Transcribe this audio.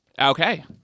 Okay